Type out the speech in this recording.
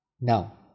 Now